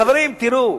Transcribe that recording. חברים, תראו,